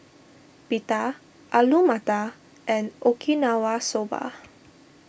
Pita Alu Matar and Okinawa Soba